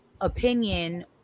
opinion